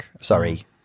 Sorry